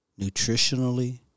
nutritionally